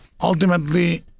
ultimately